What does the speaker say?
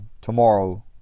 tomorrow